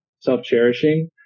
Self-cherishing